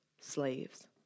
slaves